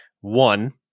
One